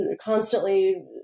constantly